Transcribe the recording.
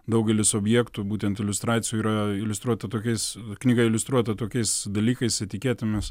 daugelis objektų būtent iliustracijų yra iliustruota tokiais knyga iliustruota tokiais dalykais etiketėmis